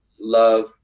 love